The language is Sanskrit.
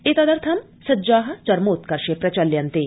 एतदथं सज्जा चरमोत्कर्षे प्रचल्यन्ते